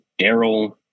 Daryl